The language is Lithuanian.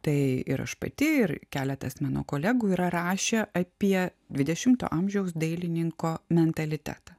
tai ir aš pati ir keletas mano kolegų yra rašę apie dvidešimto amžiaus dailininko mentalitetą